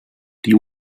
die